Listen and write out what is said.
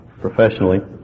professionally